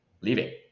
leaving